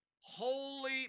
Holy